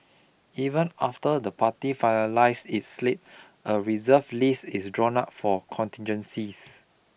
even after the party finalises its slate a reserve list is drawn up for contingencies